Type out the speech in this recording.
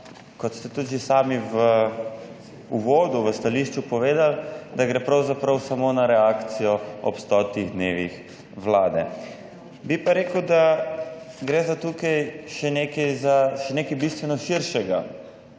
kot ste tudi že sami v uvodu, v stališču povedali, da gre pravzaprav samo na reakcijo ob stotih dnevih Vlade. Bi pa rekel, da gre za tukaj za še nekaj bistveno širšega.